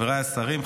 חבריי השרים,